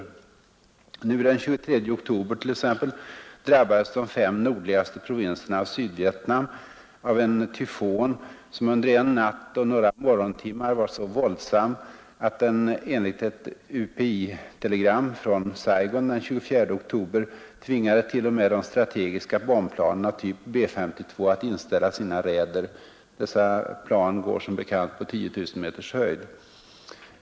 Nu, den 23 oktober, drabbades t.ex. de fem nordligaste provinserna av Sydvietnam av en tyfon, som under en natt och några morgontimmar var så våldsam att den, enligt ett UPI-telegram från Saigon den 24 oktober, tvingade t.o.m., de stategiska bombplanen av typ B 52 att inställa sina raider. Dessa plan går som bekant på 10 000 meters höjd.